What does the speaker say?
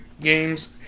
games